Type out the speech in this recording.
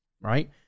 Right